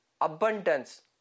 abundance